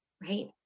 right